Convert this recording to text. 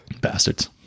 Bastards